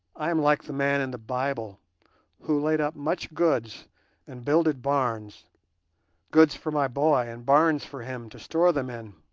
i am like the man in the bible who laid up much goods and builded barns goods for my boy and barns for him to store them in